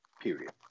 Period